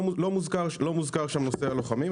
לא מוזכר שם נושא הלוחמים.